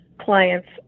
clients